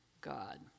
God